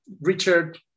Richard